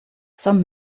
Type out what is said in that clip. some